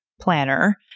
planner